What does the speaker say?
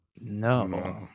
no